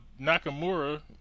Nakamura